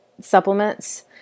supplements